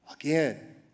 Again